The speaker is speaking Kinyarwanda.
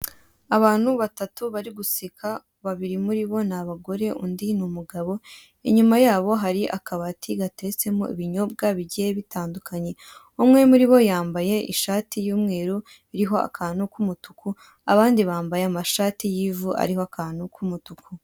Abantu batatu bari guseka babiri muribo ni abagore undi ni umugabo, inyuma yabo hari akabati gateretsemo ibinyobwa bigiye bitandukanye. Umwe muribo yambaye ishati y'umweru iriho akantu k'umutuku, abandi bambaye amashati y'ivu ariho akantu k'umutuku.